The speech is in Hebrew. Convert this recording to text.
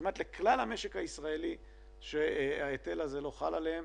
כמעט לכלל המשק הישראלי שההיטל הזה לא חל עליהם